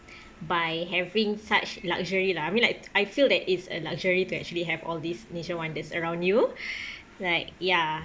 by having such luxury lah I mean like I feel that it's a luxury to actually have all these nature wonders around you like ya